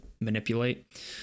manipulate